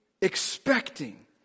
expecting